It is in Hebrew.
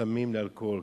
מסמים לאלכוהול.